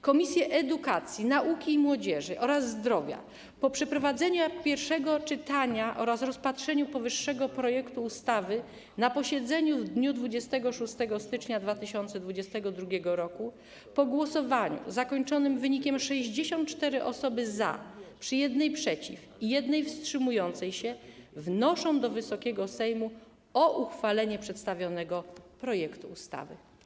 Komisje: Edukacji, Nauki i Młodzieży oraz Zdrowia po przeprowadzeniu pierwszego czytania oraz rozpatrzeniu powyższego projektu ustawy na posiedzeniu w dniu 26 stycznia 2022 r., po głosowaniu zakończonym wynikiem: 64 osoby - za, przy 1 - przeciw i 1 wstrzymującej się, wnoszą do Wysokiego Sejmu o uchwalenie przedstawionego projektu ustawy.